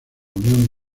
unión